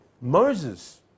Moses